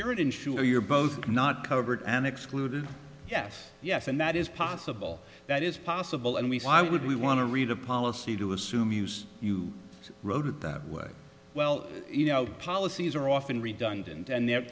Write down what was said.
your insurer you're both not covered and excluded yes yes and that is possible that is possible and we see why would we want to read a policy to assume use you wrote it that way well you know policies are often redundant and there